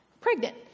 Pregnant